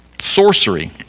Sorcery